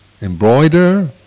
embroider